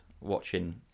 watching